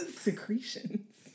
Secretions